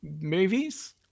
movies